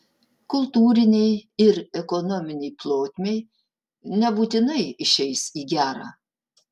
kultūrinei ir ekonominei plotmei nebūtinai išeis į gerą